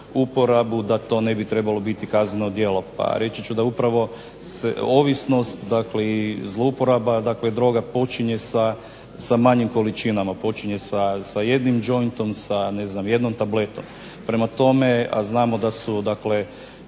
uporabu da to ne bi trebalo biti kazneno djelo. Pa reći ću da upravo se ovisnost i zlouporaba droga počinje sa manjim količinama, počinje sa jednim jointom, sa jednom tabletom. Prema tome znamo da su dakle